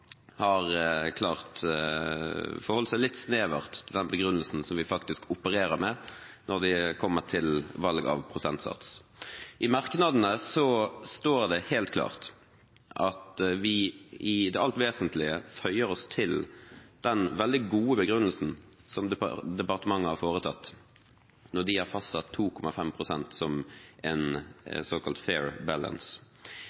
seg litt snevert til den begrunnelsen som vi faktisk opererer med når det kommer til valg av prosentsats. I merknadene står det helt klart at vi i det alt vesentlige føyer oss til den veldig gode begrunnelsen som departementet har gitt når de har fastsatt 2,5 pst. som en «fair balance».